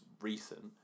recent